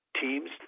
teams